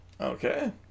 Okay